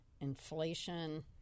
inflation